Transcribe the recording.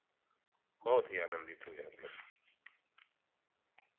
बहुत ही आनंदित हुए हम लोग